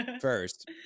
First